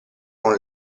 con